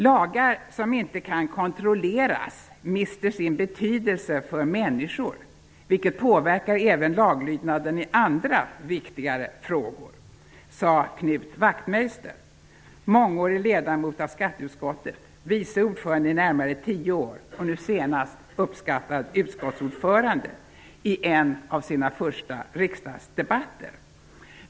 Lagar som inte kan kontrolleras mister sin betydelse för människor, vilket påverkar även laglydnaden i andra viktigare frågor, sade Knut Wachtmeister -- mångårig ledamot av skatteutskottet, vice ordförande i närmare tio år och nu senast varmt uppskattad utskottsordförande -- i en av sina första riksdagsdebatter.